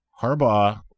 Harbaugh